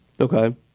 Okay